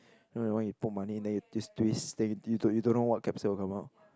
you know the one you put money then you twist twist then you you don't know what capsule come out